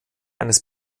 eines